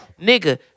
nigga